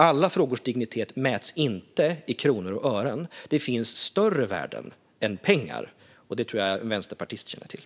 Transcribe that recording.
Alla frågors dignitet mäts inte i kronor och ören. Det finns större värden än pengar, och det tror jag att en vänsterpartist känner till.